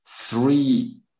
three